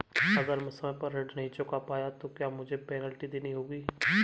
अगर मैं समय पर ऋण नहीं चुका पाया तो क्या मुझे पेनल्टी देनी होगी?